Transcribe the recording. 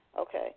okay